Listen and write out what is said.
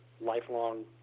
lifelong